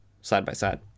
side-by-side